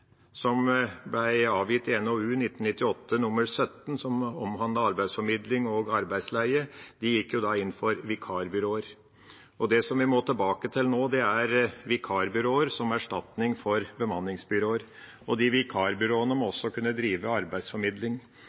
NOU 1998: 15, som omhandlet arbeidsformidling og arbeidsleie – inn for vikarbyråer. Det vi må tilbake til nå, er vikarbyråer som erstatning for bemanningsbyråer, og de vikarbyråene må også kunne drive arbeidsformidling.